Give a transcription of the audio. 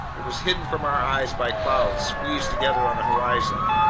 it was hidden from our eyes by clouds squeezed together on the horizon.